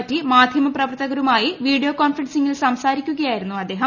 പറ്റി മാധ്യമപ്രവർത്തകരുമായി വീഡിയോ കോൺഫറൻസിൽ സംസാരിക്കുകയായിരുന്നു അദ്ദേഹം